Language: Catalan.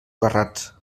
ferrats